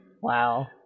Wow